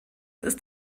ist